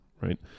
right